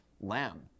lamb